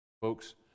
Folks